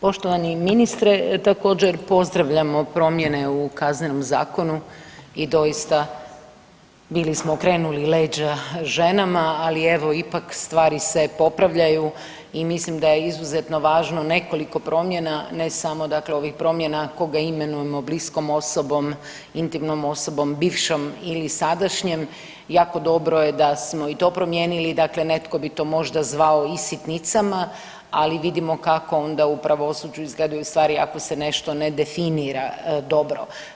Poštovani ministre, također, pozdravljamo promjene u Kaznenom zakonu i doista, bili smo okrenuli leđa ženama, ali evo, ipak, stvari se popravljaju i mislim da je izuzetno važno nekoliko promjena, ne samo dakle ovih promjena koga imenujemo bliskom osobom, intimnom osobom, bivšom ili sadašnjem, jako dobro je da smo i to promijenili i dakle netko bi to možda zvao i sitnicama, ali vidimo kako onda u pravosuđu izgledaju stvari ako se nešto ne definira dobro.